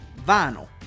vinyl